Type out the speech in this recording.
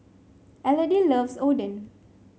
Elodie loves Oden